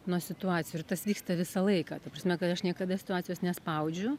nuo situacijų ir tas vyksta visą laiką ta prasme kad aš niekada situacijos nespaudžiu